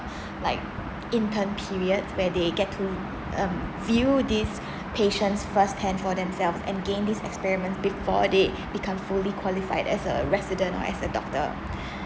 like intern period where they get to um view these patients first hand for themselves and gain this experiment before they become fully qualified as a resident or as a doctor